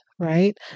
right